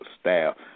staff